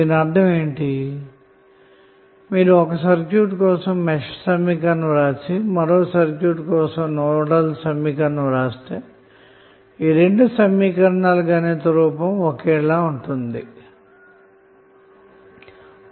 దీనర్ధం ఏమిటంటే ఒక సర్క్యూట్ కోసం మెష్ సమీకరణ వ్రాసి మరో సర్క్యూట్ కోసం నోడల్ సమీకరణ వ్రాస్తే ఈ రెండు సమీకరణాల గణిత రూపం ఒకేలా ఉంటుందన్నమాట